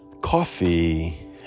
Coffee